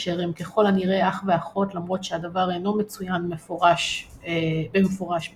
אשר הם ככל הנראה אח ואחות למרות שהדבר אינו מצוין במפורש בשיר,